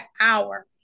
hour